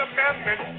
Amendment